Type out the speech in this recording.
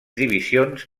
divisions